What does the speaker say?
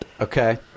Okay